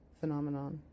phenomenon